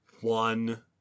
one